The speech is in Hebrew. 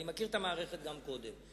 ואני מכיר את המערכת גם קודם.